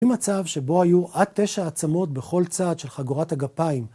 במצב שבו היו עד תשע עצמות בכל צעד של חגורת הגפיים.